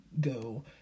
go